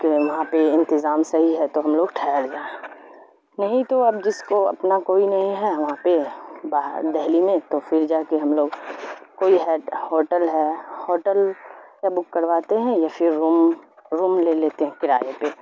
کہ وہاں پہ انتظام صحیح ہے تو ہم لوگ ٹھہر جائیں نہیں تو اب جس کو اپنا کوئی نہیں ہے وہاں پہ باہر دہلی میں تو پھر جا کے ہم لوگ کوئی ہے ہوٹل ہے ہوٹل یا بک کرواتے ہیں یا پھر روم روم لے لیتے ہیں کرایہ پہ